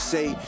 Say